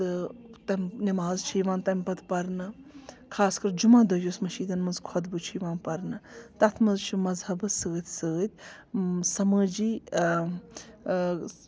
تہٕ تَمہِ نٮ۪ماز چھِ یِوان تَمہِ پَتہٕ پَرنہٕ خاص کَرر جُمعہ دۄہ یُس مٔشیٖدَن منٛز خۄطبہٕ چھُ یِوان پَرنہٕ تَتھ منٛز چھُ مذہَبَس سۭتۍ سۭتۍ سَمٲجی